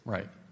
Right